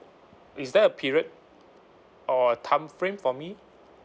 is there a period or a timeframe for me